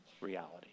reality